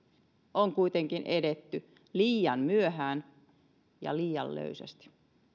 on kuitenkin edetty liian myöhään ja liian löysästi